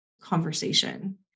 conversation